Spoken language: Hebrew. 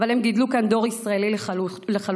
הם גידלו כאן דור ישראלי לחלוטין,